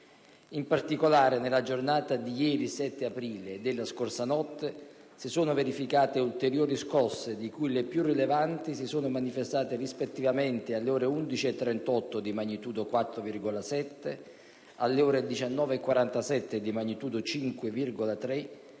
In particolare, nella giornata di ieri 7 aprile e nella scorsa notte si sono verificate ulteriori scosse, di cui le più rilevanti si sono manifestate rispettivamente alle ore 11,38 (di magnitudo 4,7), alle ore 19,47 (di magnitudo 5,3)